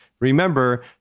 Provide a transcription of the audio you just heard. Remember